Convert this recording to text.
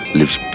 lives